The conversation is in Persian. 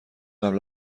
قبل